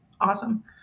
awesome